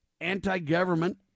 anti-government